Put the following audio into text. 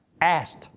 Asked